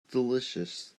delicious